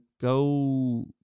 go